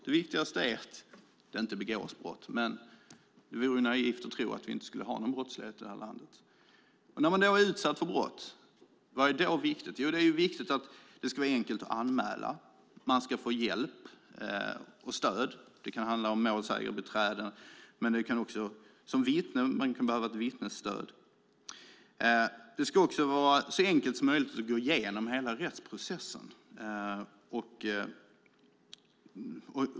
Det viktigaste är att det inte begås brott, men det vore naivt att tro att vi inte skulle ha någon brottslighet i det här landet. Vad är då viktigt om man har blivit utsatt för brott? Jo, det är viktigt att det är enkelt att anmäla och att man får hjälp och stöd. Det kan handla om målsägarbiträden, och som vittne kan man behöva ett vittnesstöd. Det ska också vara så enkelt som möjligt att gå igenom hela rättsprocessen.